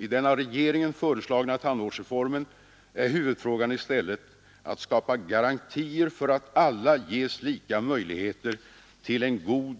I den av regeringen föreslagna tandvårdsreformen är huvudfrågan i stället att skapa garantier för att alla ges lika möjligheter till en god